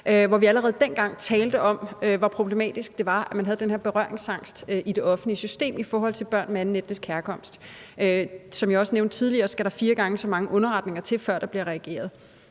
og allerede dengang talte vi om, hvor problematisk det var, at man havde den her berøringsangst i det offentlige system i forhold til børn af anden etnisk herkomst. Som jeg også nævnte tidligere, skal der fire gange så mange underretninger til, før der bliver reageret.